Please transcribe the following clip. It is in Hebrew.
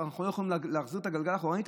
אנחנו לא יכולים להחזיר את הגלגל אחורנית,